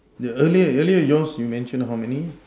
the earlier earlier yours you mention how many